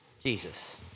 Jesus